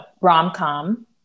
rom-com